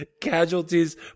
Casualties